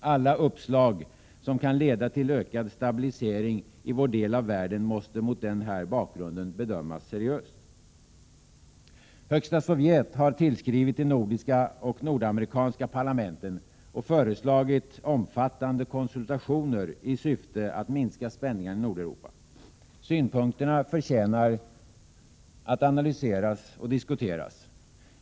Alla uppslag som kan leda till ökad stabilisering i vår del av världen måste mot den här bakgrunden bedömas seriöst. Högsta sovjet har tillskrivit de nordiska och nordamerikanska parlamenten och föreslagit omfattande konsultationer i syfte att minska spänningarna i Nordeuropa. Synpunkterna förtjänar att analyseras och diskuteras.